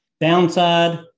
Downside